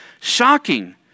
shocking